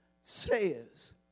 says